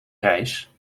reis